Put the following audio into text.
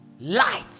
Light